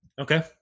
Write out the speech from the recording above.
Okay